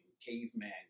caveman